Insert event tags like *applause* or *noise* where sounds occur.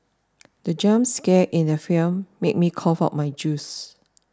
*noise* the jump scare in the film made me cough out my juice